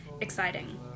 exciting